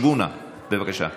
שבו נא, בבקשה.